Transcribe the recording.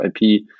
ip